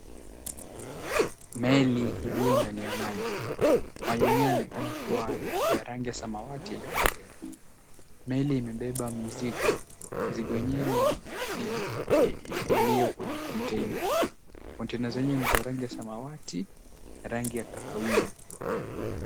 Meli iliyo ndani ya maji. Maji yenyewe yanaonekana kuwa ya rangi ya samawati iliyokolea. Meli imebeba mizigo. Mizigo yenyewe ni iliyo kwenye kontena. Kontena zenyewe ni za rangi ya samawati rangi ya kahawia.